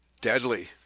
deadly